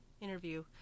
interview